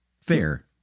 fair